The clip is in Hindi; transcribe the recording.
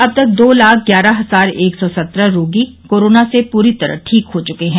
अब तक दो लाख ग्यारह हजार एक सौ संत्रह रोगी कोरोना से पूरी तरह ठीक हो चुके हैं